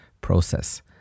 process